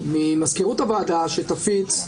רק אם מחליטים לא להגיש כתב אישום.